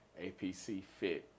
apcfit